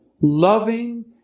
loving